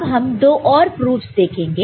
तो अब हम दो और प्रूफस को देखेंगे